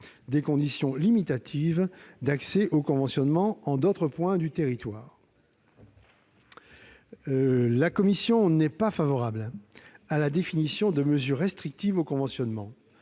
des conditions limitatives d'accès au conventionnement en d'autres points du territoire. La commission n'est pas favorable à la définition de mesures restrictives au conventionnement,